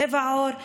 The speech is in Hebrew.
צבע עור,